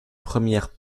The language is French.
premières